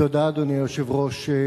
תודה, אדוני היושב-ראש.